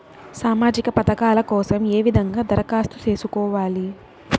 సామాజిక పథకాల కోసం ఏ విధంగా దరఖాస్తు సేసుకోవాలి